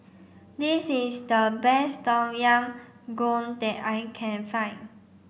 this is the best Tom Yam Goong that I can find